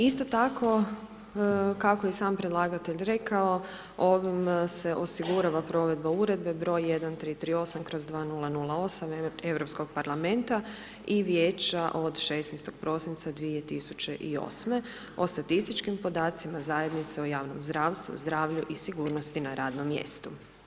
Isto tako, kako je i sam predlagatelj rekao, ovim se osigurava provedba Uredbe br. 1338/2008, Europskog parlamenta i Vijeća od 16.12.2008. o statističkim podacima zajednice o javnom zdravstvu, zdravlju i sigurnosti na radnom mjestu.